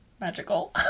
magical